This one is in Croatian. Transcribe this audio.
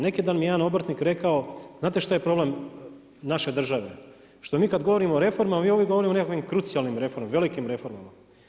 Neki dan mi je jedan obrtnik rekao, znate što je problem naše države, što mi kada govorimo o reformama, mi uvijek govorimo o nekim krucijalnim reformama, velikim reformama.